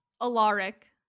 Alaric